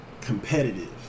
competitive